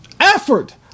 Effort